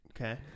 Okay